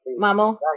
Mamo